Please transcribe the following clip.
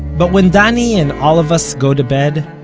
but when danny, and all of us, go to bed,